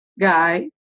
guy